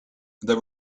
there